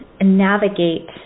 navigate